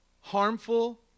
harmful